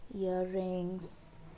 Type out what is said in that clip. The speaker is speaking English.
earrings